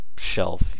shelf